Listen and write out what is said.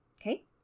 Okay